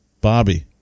bobby